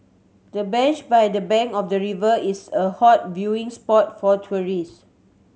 the bench by the bank of the river is a hot viewing spot for tourists